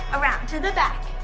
around, to the back,